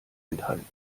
enthalten